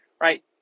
Right